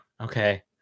Okay